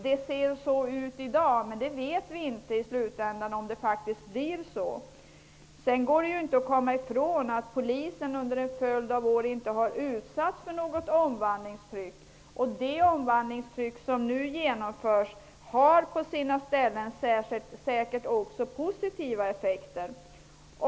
Det ser så ut i dag, men vi vet inte om det faktiskt blir så i slutänden. Det går inte att komma ifrån att polisen under en följd av år inte har utsatts för något omvandlingstryck. Den omvandling som nu genomförs har på sina ställen säkert också positiva effekter.